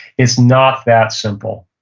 it's not that simple.